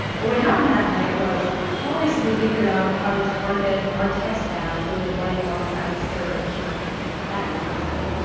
but what happened that night was paul basically figured out how to target our text ads that had been running alongside of search at content.